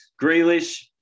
Grealish